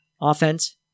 offense